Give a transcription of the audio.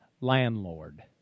Landlord